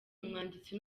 umwanditsi